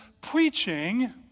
preaching